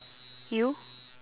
you